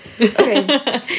Okay